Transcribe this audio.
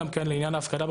גם כן לעניין ההפקדה,